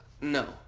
no